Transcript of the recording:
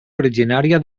originària